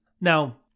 now